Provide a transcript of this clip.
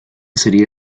sería